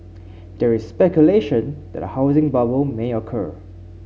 there is speculation that a housing bubble may occur